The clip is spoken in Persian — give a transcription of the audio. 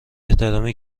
احترامی